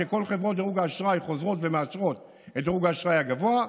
שכל חברות דירוג האשראי חוזרות ומאשרות את דירוג האשראי הגבוה.